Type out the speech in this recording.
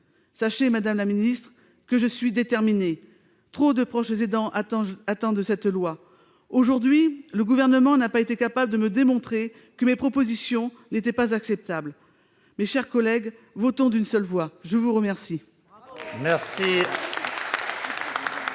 Sachez, madame la secrétaire d'État, que je suis déterminée. Trop de proches aidants attendent cette loi. Aujourd'hui, le Gouvernement n'a pas été capable de me démontrer que mes propositions n'étaient pas acceptables. Mes chers collègues, votons d'une seule voix ! La parole